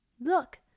Look